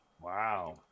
Wow